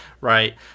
right